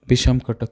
Bissam Cuttack